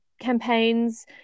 campaigns